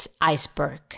iceberg